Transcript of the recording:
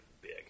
big